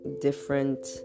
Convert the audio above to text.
different